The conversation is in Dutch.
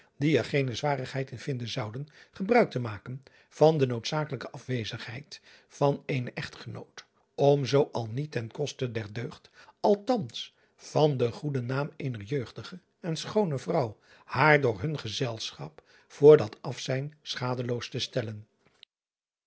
die er geene zwarigheid in vinden zouden gebruik te maken van de noodzakelijke afwezigheid van eenen echtgenoot om zoo al niet ten koste der deugd althans van den goeden naam eener jeugdige en schoone vrouwe haar door hun gezelschap voor dat afzijn schadeloos te stellen